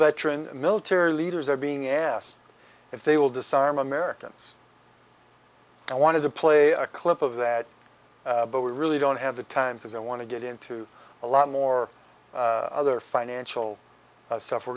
veteran military leaders are being asked if they will disarm americans i wanted to play a clip of that but we really don't have the time because i want to get into a lot more other financial stuff we're